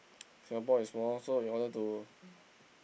Singapore is small so in order to